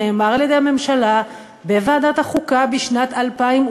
נאמר על-ידי הממשלה בוועדת החוקה בשנת 2012,